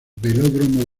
velódromo